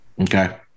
Okay